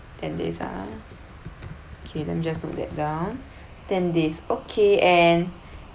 ten days ah okay let me just note them down ten days okay and